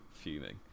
fuming